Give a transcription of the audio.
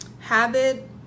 habit